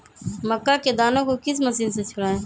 मक्का के दानो को किस मशीन से छुड़ाए?